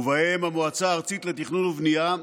ובהם המועצה הארצית לתכנון ובנייה,